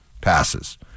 passes